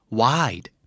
wide